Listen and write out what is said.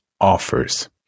offers